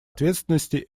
ответственности